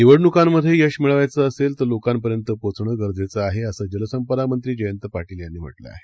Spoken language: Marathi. निवडणुकांमध्ये यश मिळवायचं असेल तर लोकांपर्यंत पोहचणं गरजेचे आहे असं जलसंपदा मंत्री जयंत पाटील यांनी म्हटलं आहे